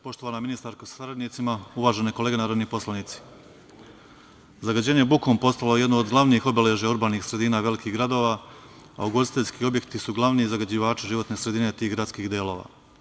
Poštovana ministarko sa saradnicima, uvažene kolege narodni poslanici, zagađenje bukom postalo je jedno od glavnih obeležja urbanih sredina velikih gradova, a ugostiteljski objekti su glavni zagađivači životne sredine tih gradskih delova.